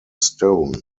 stone